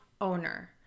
owner